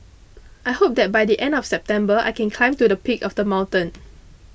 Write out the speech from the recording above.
I hope that by the end of September I can climb to the peak of the mountain